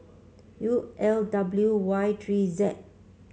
U L W Y three Z